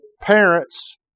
parents